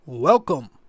Welcome